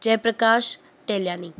Jay Prakash Tahaliyani